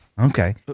Okay